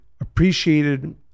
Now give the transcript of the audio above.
appreciated